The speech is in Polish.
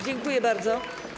Dziękuję bardzo.